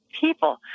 people